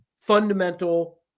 fundamental